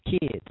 kids